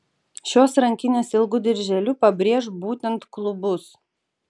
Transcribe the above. šios rankinės ilgu dirželiu pabrėš būtent klubus